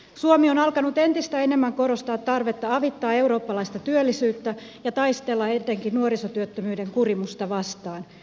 suomi on alkanut entistä enemmän korostaa tarvetta avittaa eurooppalaista työllisyyttä ja taistella etenkin nuorisotyöttömyyden kurimusta vastaan